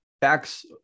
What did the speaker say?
backs